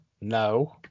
No